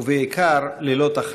ובעיקר ללא תכלית.